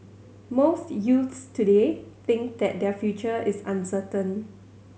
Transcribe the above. most youths today think that their future is uncertain